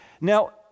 Now